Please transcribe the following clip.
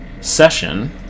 session